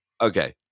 Okay